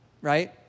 right